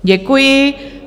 Děkuji.